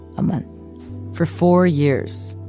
a month for four years,